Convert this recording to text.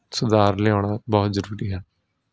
ਸੁਧਾਰ ਲਿਆਉਣਾ ਬਹੁਤ ਜ਼ਰੂਰੀ ਹੈ